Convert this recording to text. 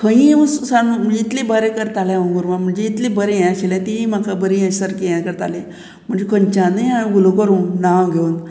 खंयी सान इतलें बरें करतालें हांव गोरवां म्हणजे इतलीं बरें हें आशिल्लें तीं म्हाका बरीं हें सारकीं हें करतालें म्हणजे खंयच्यानूय हांवें उलो करूंक नांव घेवन